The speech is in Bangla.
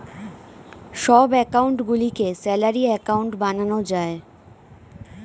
সব অ্যাকাউন্ট গুলিকে স্যালারি অ্যাকাউন্ট বানানো যায়